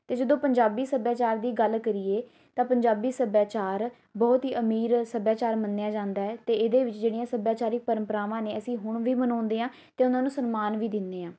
ਅਤੇ ਜਦੋਂ ਪੰਜਾਬੀ ਸੱਭਿਆਚਾਰ ਦੀ ਗੱਲ ਕਰੀਏ ਤਾਂ ਪੰਜਾਬੀ ਸੱਭਿਆਚਾਰ ਬਹੁਤ ਹੀ ਅਮੀਰ ਸੱਭਿਆਚਾਰ ਮੰਨਿਆ ਜਾਂਦਾ ਹੈ ਅਤੇ ਇਹਦੇ ਵਿੱਚ ਜਿਹੜੀਆਂ ਸੱਭਿਆਚਾਰਕ ਪਰੰਪਰਾਵਾਂ ਨੇ ਅਸੀਂ ਹੁਣ ਵੀ ਮਨਾਉਂਦੇ ਹਾਂ ਅਤੇ ਉਹਨਾਂ ਨੂੰ ਸਨਮਾਨ ਵੀ ਦਿੰਦੇ ਹਾਂ